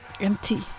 empty